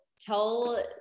tell